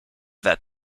that